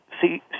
See